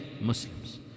Muslims